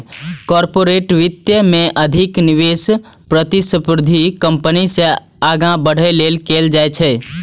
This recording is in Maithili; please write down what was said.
कॉरपोरेट वित्त मे अधिक निवेश प्रतिस्पर्धी कंपनी सं आगां बढ़ै लेल कैल जाइ छै